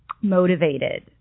motivated